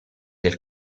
del